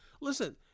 listen